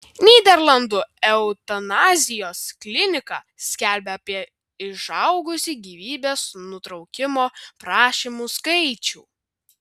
nyderlandų eutanazijos klinika skelbia apie išaugusį gyvybės nutraukimo prašymų skaičių